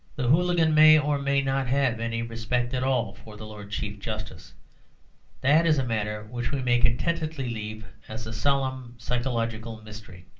the hooligan may or may not have any respect at all for the lord chief justice that is a matter which we may contentedly leave as a solemn psychological mystery.